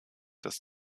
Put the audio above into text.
dass